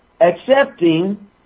accepting